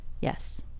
yes